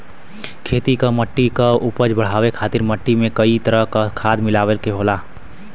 खेती क मट्टी क उपज बढ़ाये खातिर मट्टी में कई तरह क खाद मिलाये के होला